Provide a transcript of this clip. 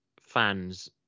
fans